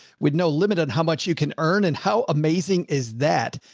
with no limit on how much you can earn and how amazing is that?